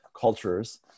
cultures